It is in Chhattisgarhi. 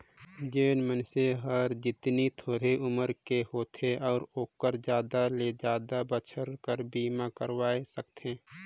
जेन मइनसे हर जेतनी थोरहें उमर के होथे ओ हर जादा ले जादा बच्छर बर बीमा करवाये सकथें